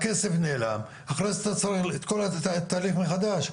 הכסף נעלם ואחרי זה אתה צריך את כל התהליך מחדש.